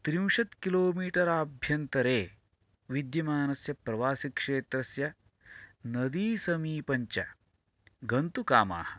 त्रिंशत् कीलोमीटराभ्यन्तरे विद्यमानस्य प्रवासी क्षेत्रस्य नदी समीपं च गन्तुकामाः